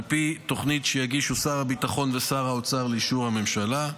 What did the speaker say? על פי תוכנית שיגישו שר הביטחון ושר האוצר לאישור הממשלה,